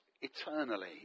eternally